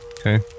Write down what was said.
Okay